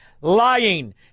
lying